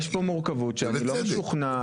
יש פה מורכבות שאני לא משוכנע,